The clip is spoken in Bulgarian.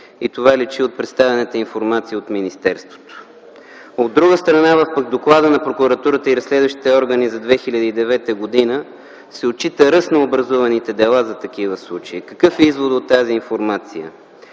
и това личи от представената информация от министерството. От друга страна, в доклада на прокуратурата и разследващите органи за 2009 г. се отчита ръст на образуваните дела на такива случаи. Какъв е изводът от тази информация?